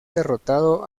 derrotado